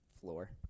floor